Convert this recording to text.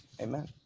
Amen